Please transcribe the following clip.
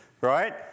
right